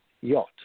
yacht